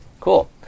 Cool